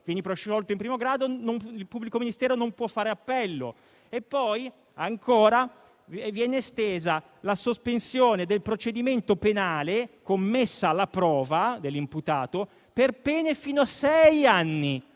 Vieni prosciolto in primo grado? Il pubblico ministero non può fare appello. Ancora, viene estesa la sospensione del procedimento penale con messa alla prova dell'imputato per pene fino a sei anni.